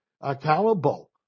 accountable